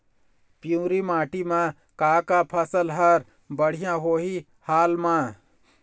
पिवरी माटी म का का फसल हर बढ़िया होही हाल मा?